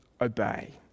obey